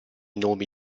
nomi